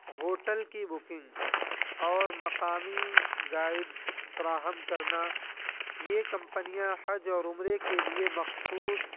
hotel کی booking اور مقامی گائیڈس فراہم کرنا یہ کمپنیاں حج اور عمرے کے لیے مخصوص